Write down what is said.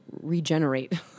regenerate